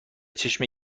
چشم